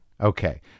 Okay